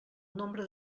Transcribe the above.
nombre